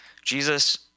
Jesus